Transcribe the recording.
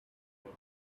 book